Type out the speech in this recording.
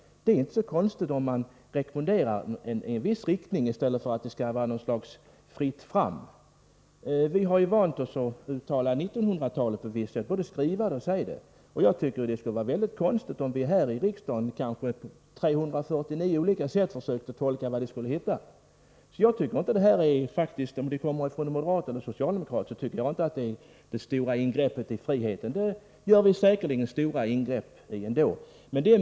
Det är inte så konstigt att man ger en rekommendation i en viss riktning i stället för att det skall vara något slags fritt fram. Vi har vant oss vid att både skriva och säga nittonhundratalet. Jag tycker att det skulle vara väldigt konstigt om vi här i riksdagen på 349 olika sätt försökte tolka vad nästa århundrade bör heta. Oavsett om rekommendationen kommer från en moderat eller från en socialdemokrat, tycker jag inte att den är det stora ingreppet i friheten. Den gör vi säkerligen stora ingrepp i ändå.